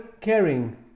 caring